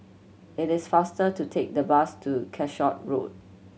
it is faster to take the bus to Calshot Road